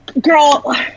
girl